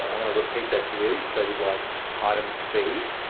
i'm going to repeat that to you. so you'd like item b